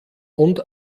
und